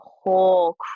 whole